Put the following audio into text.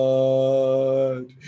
God